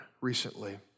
recently